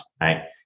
right